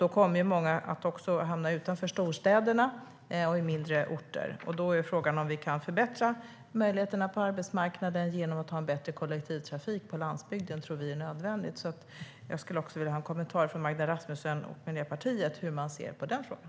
Då kommer många att hamna utanför storstäderna, på mindre orter. Då är frågan om vi kan förbättra möjligheterna på arbetsmarknaden genom att ha bättre kollektivtrafik på landsbygden. Vi tror att det är nödvändigt. Jag vill gärna ha en kommentar från Magda Rasmusson och Miljöpartiet om hur de ser på den frågan.